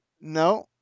No